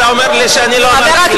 אתה אומר לי שאני לא אמרתי מלה?